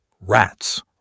rats